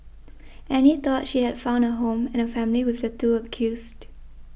Annie thought she had found a home and a family with the two accused